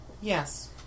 Yes